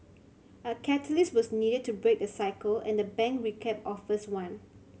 a catalyst was needed to break the cycle and the bank recap offers one